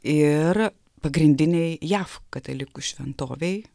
ir pagrindinėj jav katalikų šventovėj